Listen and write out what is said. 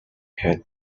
had